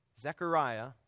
Zechariah